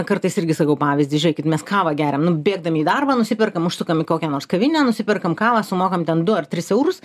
kartais irgi sakau pavyzdį žiūrėkit mes kavą geriam nu bėgdami į darbą nusiperkam užsukam į kokią nors kavinę nusiperkam kavą sumokam ten du ar tris eurus